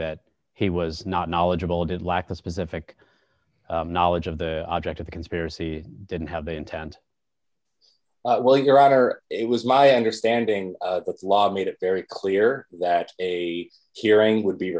that he was not knowledgeable did lack of specific knowledge of the object of the conspiracy didn't have the intent well your honor it was my understanding that the law made it very clear that a hearing would be